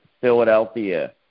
Philadelphia